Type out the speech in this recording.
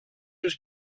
was